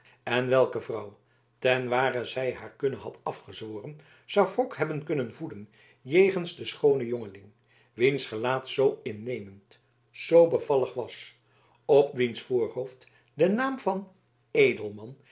en welke vrouw tenware zij haar kunne had afgezworen zou wrok hebben kunnen voeden jegens den schoonen jongeling wiens gelaat zoo innemend zoo bevallig was op wiens voorhoofd de naam van